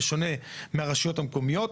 בשונה מהרשויות המקומיות,